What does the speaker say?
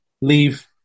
leave